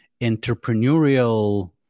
entrepreneurial